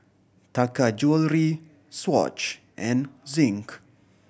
Taka Jewelry Swatch and Zinc